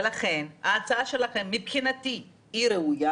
ולכן ההצעה שלכם מבחינתי היא ראויה,